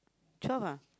twelve ah